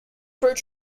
correct